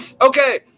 okay